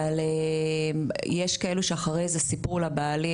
אבל יש כאלו שאחרי זה סיפרו לבעלי